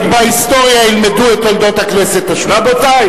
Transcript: בהיסטוריה עוד ילמדו את תולדות הכנסת השמונה-עשרה.